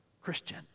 Christian